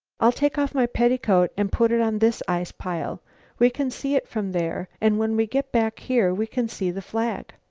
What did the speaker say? i'll take off my petticoat and put it on this ice-pile. we can see it from there, and when we get back here we can see the flag.